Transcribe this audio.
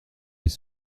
les